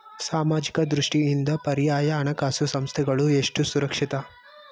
ಸಾಮಾಜಿಕ ದೃಷ್ಟಿಯಿಂದ ಪರ್ಯಾಯ ಹಣಕಾಸು ಸಂಸ್ಥೆಗಳು ಎಷ್ಟು ಸುರಕ್ಷಿತ?